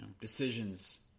decisions